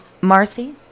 Marcy